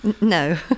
No